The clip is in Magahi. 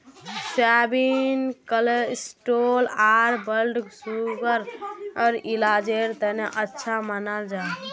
सोयाबीन कोलेस्ट्रोल आर ब्लड सुगरर इलाजेर तने अच्छा मानाल जाहा